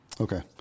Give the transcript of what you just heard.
Okay